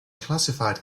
classified